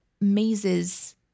mazes